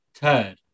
Turd